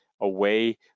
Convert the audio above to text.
away